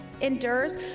endures